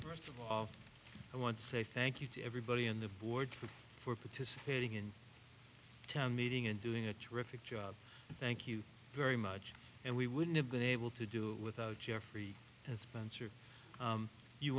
first of all i want to say thank you to everybody in the board for participating in town meeting and doing a terrific job thank you very much and we wouldn't have been able to do without jeffrey